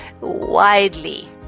widely